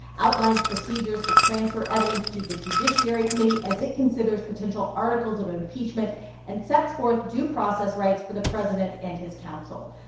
outlines procedures to transfer evidence to the judiciary committee as it considers potential articles of impeachment and sets forth due process rights for the president and his counsel.